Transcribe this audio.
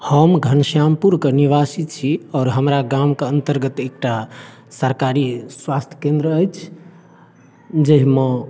हम घनश्यामपुर के निवासी छी आओर हमरा गामके अन्तर्गत एकटा सरकारी स्वास्थ केन्द्र अछि जहिमे